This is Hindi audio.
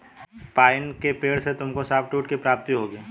पाइन के पेड़ से तुमको सॉफ्टवुड की प्राप्ति होगी